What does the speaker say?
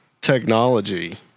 technology